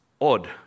odd